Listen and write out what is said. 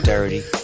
Dirty